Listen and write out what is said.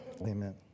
Amen